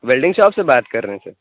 welding shop سے بات کر رہے ہیں سر